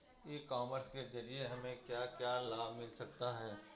ई commerce के ज़रिए हमें क्या क्या लाभ मिल सकता है?